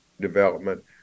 development